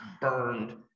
burned